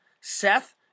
Seth